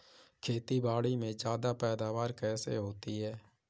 खेतीबाड़ी में ज्यादा पैदावार कैसे होती है?